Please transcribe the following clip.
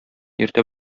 иртә